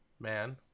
man